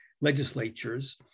legislatures